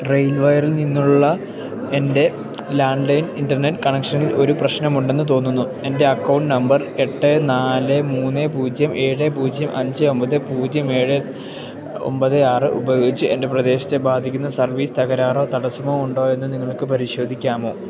റെയിൽവയറിൽ നിന്നുള്ള എൻ്റെ landline internet കണക്ഷനിൽ ഒരു പ്രശ്നമുണ്ടന്ന് തോന്നുന്നു എൻ്റെ അക്കൗണ്ട് നമ്പർ എട്ട് നാല് മൂന്ന് പൂജ്യം ഏഴ് പൂജ്യം അഞ്ച് ഒമ്പത് പൂജ്യം ഏഴ് ഒമ്പത് ആറ് ഉപയോഗിച്ച് എൻ്റെ പ്രദേശത്തെ ബാധിക്കുന്ന സർവീസ് തകരാറോ തടസ്സമോ ഉണ്ടോയെന്ന് നിങ്ങൾക്ക് പരിശോധിക്കാമോ